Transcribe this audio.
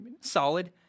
solid